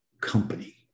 company